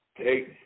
Okay